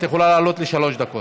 את יכולה לעלות לשלוש דקות.